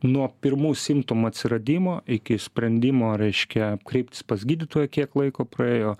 nuo pirmų simptomų atsiradimo iki sprendimo reiškia kreiptis pas gydytoją kiek laiko praėjo